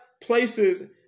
places